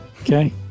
Okay